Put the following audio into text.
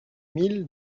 mille